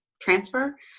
transfer